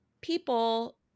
people